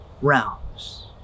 realms